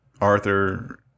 Arthur